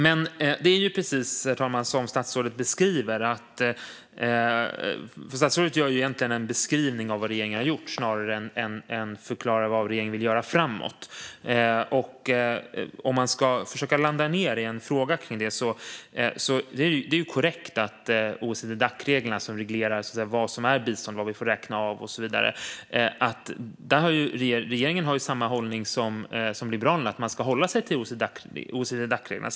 Men det är precis som statsrådet beskriver, herr talman. Statsrådet ger ju egentligen en beskrivning av vad regeringen har gjort snarare än att förklara vad regeringen vill göra framåt. Om man ska försöka landa i en fråga kring det är det korrekt att när det gäller OECD-Dac-reglerna, som reglerar vad som är bistånd, vad vi får räkna av och så vidare, har regeringen samma hållning som Liberalerna - att man ska hålla sig till OECD-Dac-reglerna.